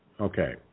Okay